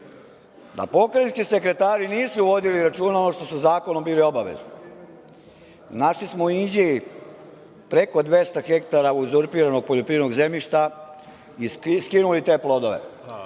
Da pokrajinski sekretari nisu vodili računa ono što su zakonom bili obavezni. Našli smo u Inđiji preko 200 hektar uzurpiranog poljoprivrednog zemljišta i skinuli te plodove.